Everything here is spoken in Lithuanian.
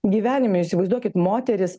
gyvenimu įsivaizduokit moteris